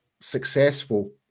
successful